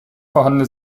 vorhandene